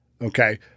Okay